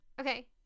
Okay